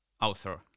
author